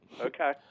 Okay